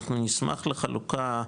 אנחנו נשמח לחלוקה,